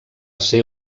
ser